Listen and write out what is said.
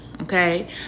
Okay